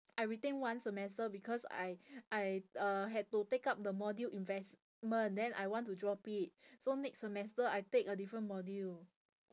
I retain one semester because I I uh had to take up the module investment then I want to drop it so next semester I take a different module